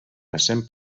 passem